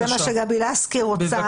זה מה שגבי לסקי רוצה.